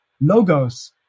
logos